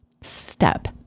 step